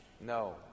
No